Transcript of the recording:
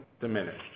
diminished